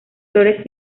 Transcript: flores